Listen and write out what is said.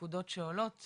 אף אחד לא אוכף את זה,